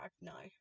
No